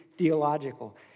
theological